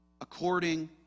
According